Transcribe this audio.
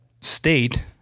state